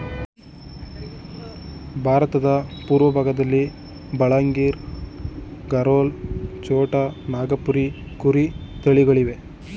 ಭಾರತದ ಪೂರ್ವಭಾಗದಲ್ಲಿ ಬಲಂಗಿರ್, ಗರೋಲ್, ಛೋಟಾ ನಾಗಪುರಿ ಕುರಿ ತಳಿಗಳಿವೆ